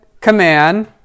command